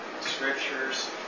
scriptures